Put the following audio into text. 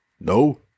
no